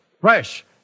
fresh